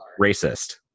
racist